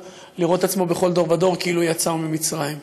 לראות את עצמו בכל דור ודור כאילו יצא הוא ממצרים.